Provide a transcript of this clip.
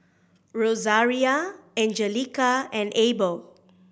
Rosaria Anjelica and Abel